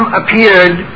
appeared